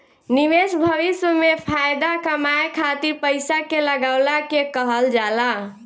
निवेश भविष्य में फाएदा कमाए खातिर पईसा के लगवला के कहल जाला